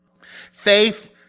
Faith